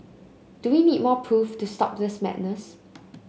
do we need more proof to stop this madness